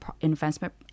investment